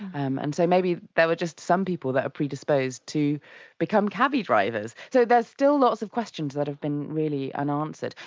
um and so maybe there were just some people that are predisposed to become cabbie drivers. so there's still lots of questions that have been really unanswered.